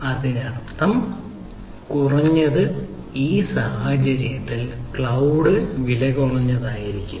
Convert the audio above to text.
അതിനാൽ അതിനർത്ഥം കുറഞ്ഞത് ഈ സാഹചര്യത്തിൽ ക്ലൌഡ് വിലകുറഞ്ഞതായിരിക്കും